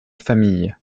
famille